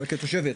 אלא כתושבת.